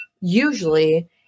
usually